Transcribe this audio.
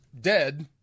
dead